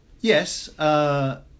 Yes